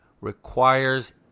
requires